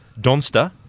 Donster